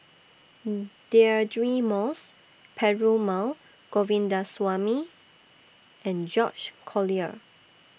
Deirdre Moss Perumal Govindaswamy and George Collyer